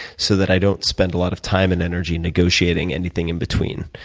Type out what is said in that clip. so that i don't spend a lot of time and energy negotiating anything in between.